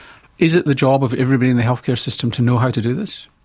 is it the job of everybody in the healthcare system to know how to do this?